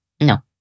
No